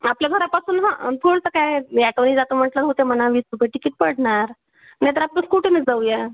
आपल्या घरापासून ना थोडसं काय मी अॅटोनी जातो म्हटलं होतं म्हणा वीस रुपये तिकीट पडणार नाहीतर आपण स्कूटीने जाऊया